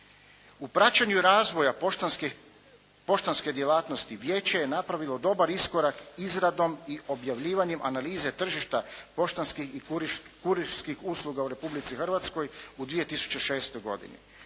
U praćenju razvoja poštanske djelatnosti, vijeće je napravilo dobar iskorak izradom i objavljivanjem analize tržišta poštanskih i kurirskih usluga u Republici Hrvatskoj u 2006. godini.